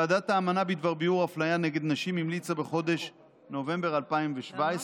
ועדת האמנה בדבר ביעור אפליה נגד נשים המליצה בחודש נובמבר 2017,